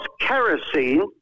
kerosene